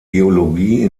geologie